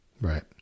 right